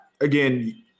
Again